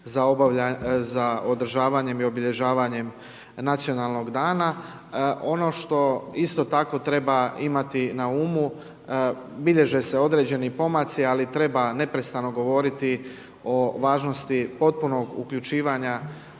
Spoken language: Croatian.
za održavanjem i obilježavanjem nacionalnog dana. Ono što isto tako treba imati na umu bilježe se određeni pomaci, ali treba neprestano govoriti o važnosti potpunost uključivanja